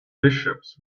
bishops